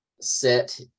set